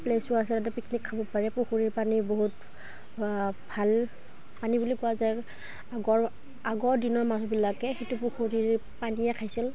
প্লেচো আছে তাতে পিকনিক খাব পাৰে পুখুৰীৰ পানী বহুত ভাল পানী বুলি কোৱা যায় আগৰ আগৰ দিনৰ মানুহবিলাকে সেইটো পুখুৰীৰ পানীয়ে খাইছিল